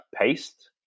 paste